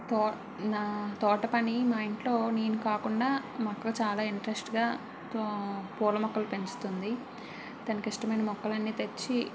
తోట్ నా తోట పని మా ఇంట్లో నేను కాకుండా మా అక్కకు చాలా ఇంట్రెస్ట్గా పూల మొక్కలు పెంచుతుంది తనకు ఇష్టమైన మొక్కలు అన్నీ తెచ్చి